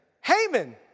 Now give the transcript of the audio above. Haman